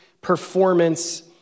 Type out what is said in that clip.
performance